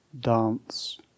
dance